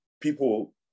People